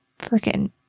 freaking